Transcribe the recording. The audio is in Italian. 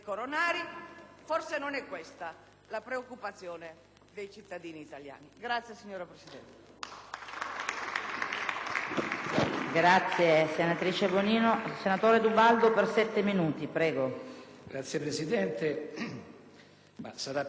Forse non è questa la preoccupazione dei cittadini italiani.